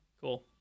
cool